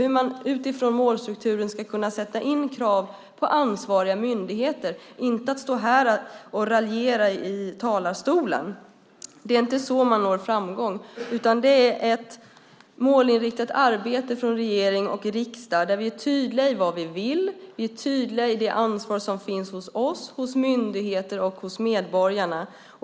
Det handlar om hur man efter målstrukturen ska kunna sätta in krav på ansvariga myndigheter och inte om att stå här och raljera i talarstolen. Det är inte så man når framgång. Det gör man genom ett målinriktat arbete från regering och riksdag där vi är tydliga i vad vi vill och tydliga i det ansvar som finns hos oss, hos myndigheter och hos medborgarna.